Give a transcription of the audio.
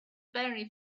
very